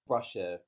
Russia